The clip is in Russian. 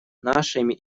нашими